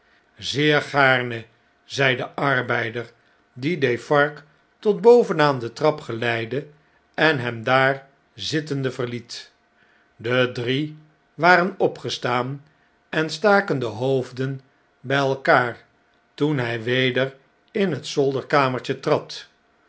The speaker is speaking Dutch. zeer gaarne zei de arbeider dien defarge tot boven aan de trap geleidde en hem daar zittende verliet de drie waren opgestaan en staken de hoofden bj elkaar toen hij weder in het zolderkamertje trad